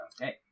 Okay